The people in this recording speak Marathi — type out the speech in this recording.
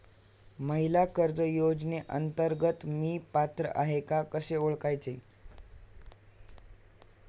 महिला कर्ज योजनेअंतर्गत मी पात्र आहे का कसे ओळखायचे?